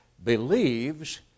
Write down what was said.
Believes